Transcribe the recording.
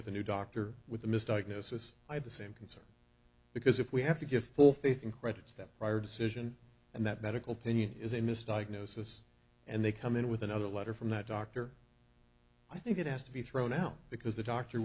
with a new doctor with a misdiagnosis i had the same concern because if we have to give full faith in credit that prior decision and that medical pinion is a mistake gnosis and they come in with another letter from that doctor i think it has to be thrown out because the doctor